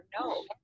no